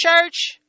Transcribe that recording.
church